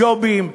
ג'ובים,